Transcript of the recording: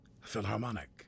Philharmonic